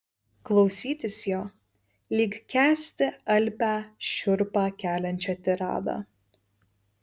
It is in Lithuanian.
klausytis jo lyg kęsti alpią šiurpą keliančią tiradą